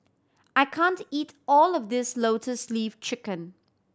I can't eat all of this Lotus Leaf Chicken